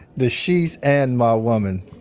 the sheets and my woman.